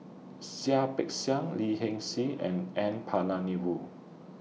Seah Peck Seah Lee Hee Seng and N Palanivelu